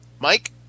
Mike